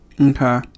Okay